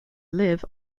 live